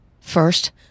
First